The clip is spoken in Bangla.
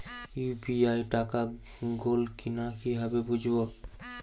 ইউ.পি.আই টাকা গোল কিনা কিভাবে বুঝব?